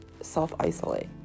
self-isolate